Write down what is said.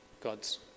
God's